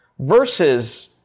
Versus